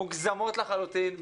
מוגזמות לחלוטין.